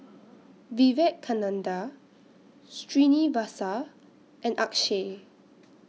Vivekananda Srinivasa and Akshay